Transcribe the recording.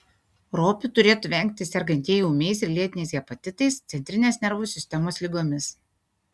ropių turėtų vengti sergantieji ūmiais ir lėtiniais hepatitais centrinės nervų sistemos ligomis